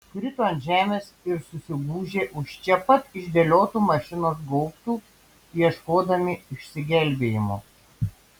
krito ant žemės ir susigūžė už čia pat išdėliotų mašinos gaubtų ieškodami išsigelbėjimo